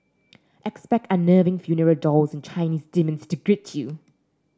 expect unnerving funeral dolls and Chinese demons to greet you